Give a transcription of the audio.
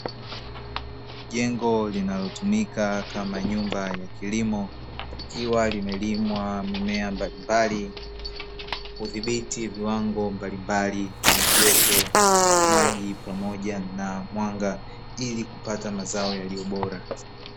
Jengo linalotumika kama nyumba yenye kilimo, likiwa limelima mimea mbalimbali, kudhibiti viwango mbalimbali kama joto, maji pamoja na mwanga ili kupata mazao yaliyo bora.